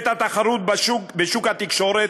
את התחרות בשוק התקשורת,